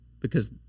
because-